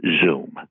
Zoom